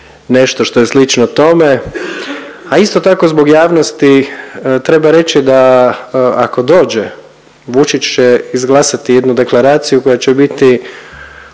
nešto što je slično tome. A isto tako zbog javnosti treba reći da ako dođe Vučić će izglasati jednu deklaraciju koja će biti